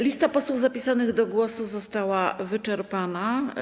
Lista posłów zapisanych do głosu została wyczerpana.